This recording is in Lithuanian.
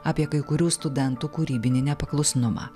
apie kai kurių studentų kūrybinį nepaklusnumą